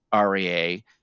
REA